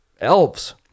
elves